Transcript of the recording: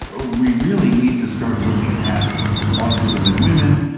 ah we really need to start looking at autism in women,